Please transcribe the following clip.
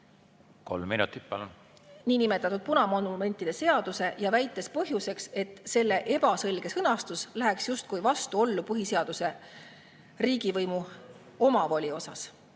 Kolm minutit, palun! … punamonumentide seaduse ja väitis põhjuseks, et selle ebaselge sõnastus läheks justkui vastuollu põhiseadusega riigivõimu omavoli osas.